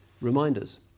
reminders